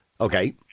Okay